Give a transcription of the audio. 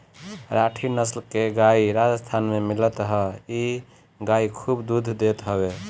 राठी नसल के गाई राजस्थान में मिलत हअ इ गाई खूब दूध देत हवे